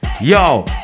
yo